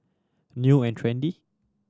New and Trendy